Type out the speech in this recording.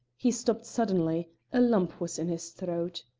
he stopped suddenly a lump was in his throat.